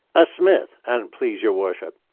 a smith, an't please your worship.